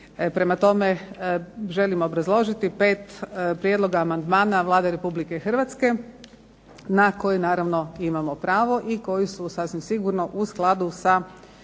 Prema tome, želim obrazložiti pet prijedloga amandmana Vlade Republike Hrvatske, na koji naravno imamo pravo i koji su sasvim sigurno u skladu sa